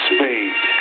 Spade